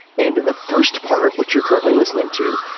and in the first part, which you're currently listening to,